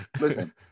Listen